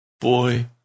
boy